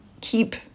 keep